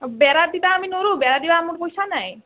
বেৰা দিবা আমি নৰোঁ বেৰা দিবাৰ আমাৰ পইচা নাই